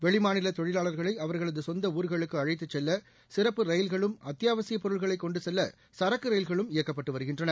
வெளிமாநில தொழிலாளர்களை அவர்களது சொந்த ஊர்களுக்கு அழைத்துச் செல்ல சிறப்பு ரயில்களும் அத்தியாவசியப் பொருட்களை கொண்டு செல்ல சரக்கு ரயில்களும் இயக்கப்பட்டு வருகின்றன